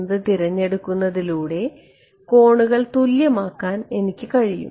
എന്നത് തിരഞ്ഞെടുക്കുന്നതിലൂടെ കോണുകൾ തുല്യമാക്കാൻ എനിക്ക് കഴിയും